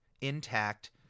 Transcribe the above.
intact